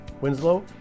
Winslow